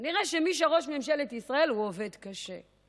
כנראה שמי שהוא ראש ממשלת ישראל עובד קשה.